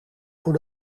voor